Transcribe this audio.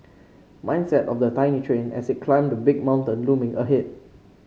mindset of the tiny train as it climbed the big mountain looming ahead